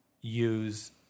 use